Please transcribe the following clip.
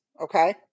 Okay